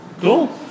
Cool